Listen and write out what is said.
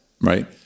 right